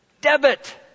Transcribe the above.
debit